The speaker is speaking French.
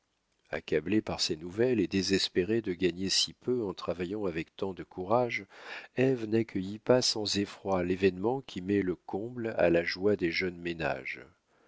accablée par ces nouvelles et désespérée de gagner si peu en travaillant avec tant de courage ève n'accueillit pas sans effroi l'événement qui met le comble à la joie des jeunes ménages